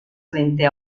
frente